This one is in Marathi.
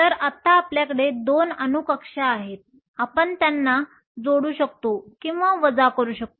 तर आता आपल्याकडे 2 अणू कक्षा आहेत आपण त्यांना जोडू शकतो किंवा वजा करू शकतो